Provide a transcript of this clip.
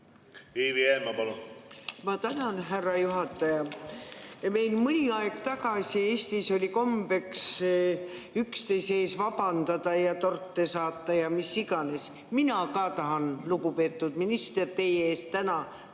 Ivi Eenmaa, palun! Ma tänan, härra juhataja! Veel mõni aeg tagasi oli Eestis kombeks üksteise ees vabandada ja torte saata ja mis iganes. Mina ka tahan, lugupeetud minister, teie ees täna